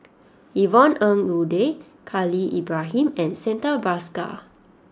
Yvonne Ng Uhde Khalil Ibrahim and Santha Bhaskar